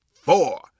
four